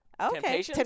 Okay